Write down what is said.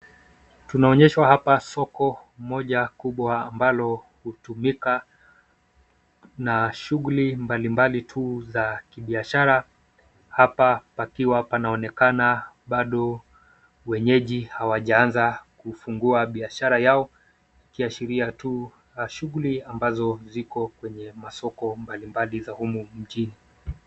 Tunaonyeshwa hapa soko moja kubwa ambalo hutumika na shughuli mbalimbali tu za kibiashara hapa pakiwa panaonekana bado wenyeji hawajaanza kufungua biashara yao ikiashiria tu shughuli ambazo ziko kwenye masoko mbalimbali za humu nchini.